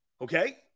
Okay